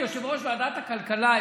את יושב-ראש ועדת הכלכלה,